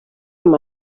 amb